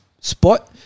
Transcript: spot